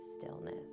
stillness